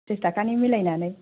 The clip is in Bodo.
थ्रिस थाखानि मिलायनानै